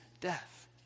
death